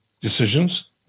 decisions